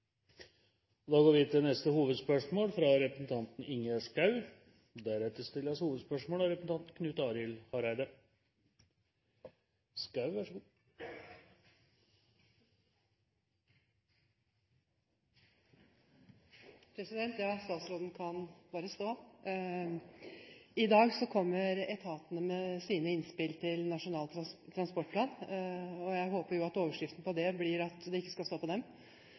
Vi går til neste hovedspørsmål. Ja, statsråden kan bare stå. I dag kommer etatene med sine innspill til Nasjonal transportplan, og jeg håper jo at overskriften på det blir at det ikke skal stå på dem,